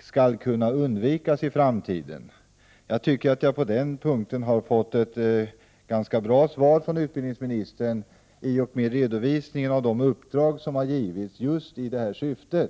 skall kunna undvikas i framtiden. På den punkten tycker jag att jag har fått ett ganska bra svar från utbildningsministern i och med redovisningen av de uppdrag som har givits just i detta syfte.